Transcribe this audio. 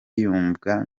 yumvwa